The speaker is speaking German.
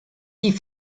die